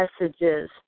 messages